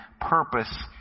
purpose